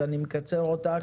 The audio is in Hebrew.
אז אני מקצר את דברייך,